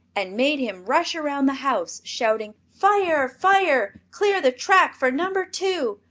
and made him rush around the house shouting fire! fire! clear the track for number two!